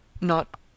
Not